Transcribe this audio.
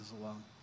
alone